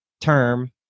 term